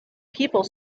people